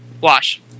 Wash